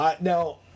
Now